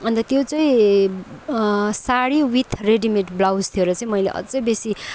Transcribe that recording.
अन्त त्यो चाहिँ सारी विथ रेडिमेड ब्लाउज थियो र चाहिँ मैले अझै बेसी